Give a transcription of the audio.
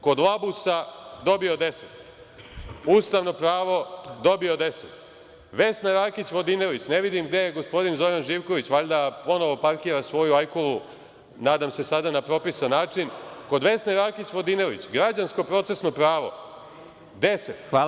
Kod Labusa je dobio 10, ustavno pravo dobio 10, Vesna Rakić Vodinelić, ne vidim gde je gospodin Zoran Živković, valjda ponovo parkira svoju ajkulu, nadam se sada na propisan način, kod Vesne Rakić Vodinelić građansko procesno pravo 10.